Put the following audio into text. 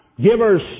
givers